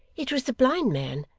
it was the blind man.